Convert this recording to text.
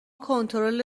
کنترل